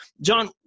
John